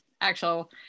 actual